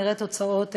נראה תוצאות מבורכות.